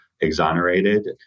exonerated